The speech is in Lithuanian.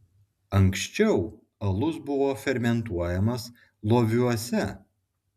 anksčiau alus buvo fermentuojamas loviuose